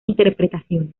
interpretaciones